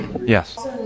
Yes